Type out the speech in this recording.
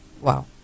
Wow